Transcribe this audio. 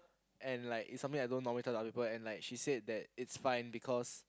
and like it's something I don't normally tell to other people and like she said that it's fine because